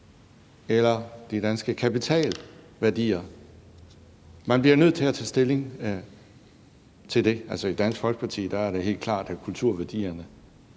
eller de danske kapitalværdier? Man bliver nødt til at tage stilling til det. I Dansk Folkeparti er det helt klart, at kulturværdierne